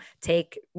take